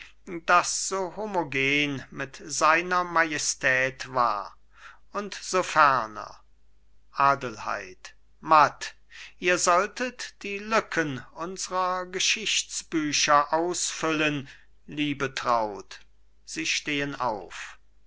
das so homogen mit seiner majestät war und so ferner adelheid matt ihr solltet die lücken unsrer geschichtsbücher ausfüllen liebetraut